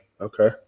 okay